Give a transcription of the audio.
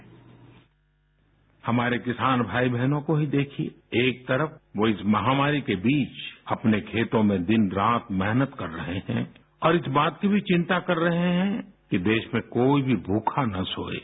bite हमारे किसान भाई बहनों को ही देखिये एक तरफ वो इस महामारी के बीच अपने खेतों में दिन रात मेहनत कर रहे हैं और इस बात की भी चिंता कर रहे हैं कि देश में कोई भी भूखा ना सोये